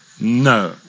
No